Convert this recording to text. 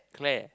Claire